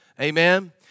Amen